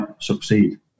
succeed